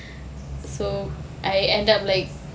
so I end up like